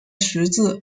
十字